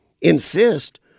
insist